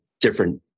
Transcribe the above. different